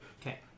Okay